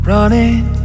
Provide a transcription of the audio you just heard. Running